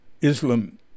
Islam